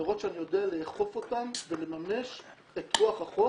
לראות שאני יודע לאכוף אותם ולממש את רוח החוק